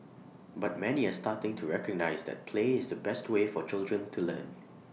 but many are starting to recognise that play is the best way for children to learn